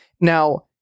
Now